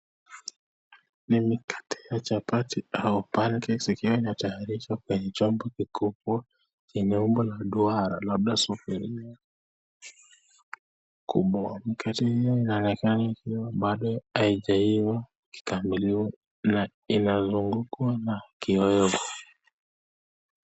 Ni mikate ya chapati au pancake ikiwa inatayarishwa kwenye chombo kikubwa chenye umbo la duara labda sufuria ya kubwa. Mkate hio inaonekana ikiwa bado haijaiva kikamilifu na inazungukwa na kioevu.